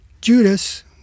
Judas